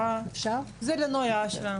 חס וחלילה,